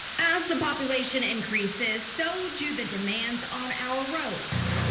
as the population increases, so do the demands on our roads,